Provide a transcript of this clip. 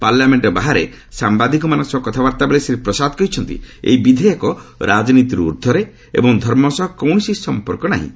parliament ବାହାରେ ସାମ୍ବାଦିକମାନଙ୍କ ସହ କଥାବାର୍ତ୍ତା ବେଳେ ଶ୍ରୀ ପ୍ରସାଦ କହିଛନ୍ତି ଏହି ବିଧେୟକ ରାଜନୀତିରୁ ଊର୍ଦ୍ଧରେ ଏବଂ ଧର୍ମ ସହ କୌଣସି ସମ୍ପର୍କ ନାହିଁ